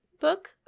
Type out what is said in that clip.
book